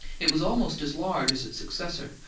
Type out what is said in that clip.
it was almost as large as its successor,